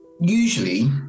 usually